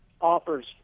offers